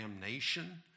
damnation